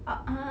(uh huh)